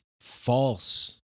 false